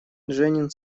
женин